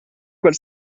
quel